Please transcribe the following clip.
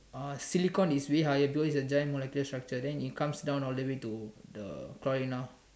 uh silicon is the highest during the exam molecular structure then it comes down all the way to the coin ah